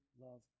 love